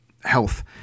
health